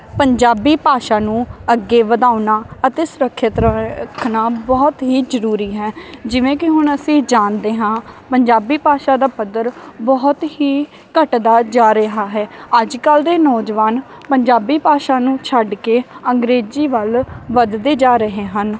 ਪੰਜਾਬੀ ਭਾਸ਼ਾ ਨੂੰ ਅੱਗੇ ਵਧਾਉਣਾ ਅਤੇ ਸੁਰੱਖਿਅਤ ਰ ਰੱਖਣਾ ਬਹੁਤ ਹੀ ਜ਼ਰੂਰੀ ਹੈ ਜਿਵੇਂ ਕਿ ਹੁਣ ਅਸੀਂ ਜਾਣਦੇ ਹਾਂ ਪੰਜਾਬੀ ਭਾਸ਼ਾ ਦਾ ਪੱਧਰ ਬਹੁਤ ਹੀ ਘਟਦਾ ਜਾ ਰਿਹਾ ਹੈ ਅੱਜ ਕੱਲ੍ਹ ਦੇ ਨੌਜਵਾਨ ਪੰਜਾਬੀ ਭਾਸ਼ਾ ਨੂੰ ਛੱਡ ਕੇ ਅੰਗਰੇਜ਼ੀ ਵੱਲ ਵੱਧਦੇ ਜਾ ਰਹੇ ਹਨ